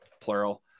plural